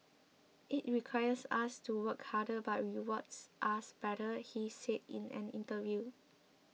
it requires us to work harder but rewards us better he said in an interview